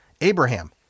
Abraham